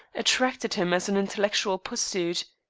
attracted him as an intellectual pursuit.